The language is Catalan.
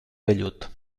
vellut